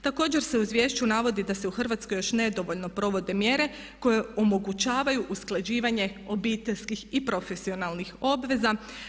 Također se u izvješću navodi da se u Hrvatskoj još nedovoljno provode mjere koje omogućavaju usklađivanje obiteljskih i profesionalnih obveza.